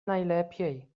najlepiej